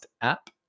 app